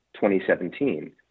2017